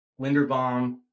Linderbaum